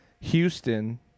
Houston